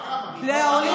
יכול?